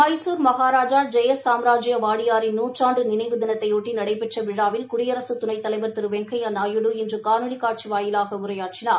மைசூர் மகாராஜா ஜெய சாம்ராஜ்ய வாடியாரின் நூற்றண்டு நினைவு தினத்தையொட்டி நடைபெற்ற விழாவில் குடியரசு துணைத்தலைவர் திரு வெங்கையா நாயுடு இன்று காணொலி காட்சி வாயிலாக உரையாற்றினார்